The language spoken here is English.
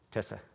Tessa